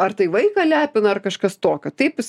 ar tai vaiką lepina ar kažkas tokio taip jis